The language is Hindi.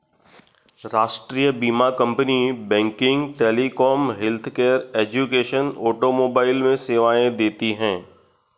राष्ट्रीय बीमा company banking, telecom, healthcare, education, automobile में सेवाएं देती है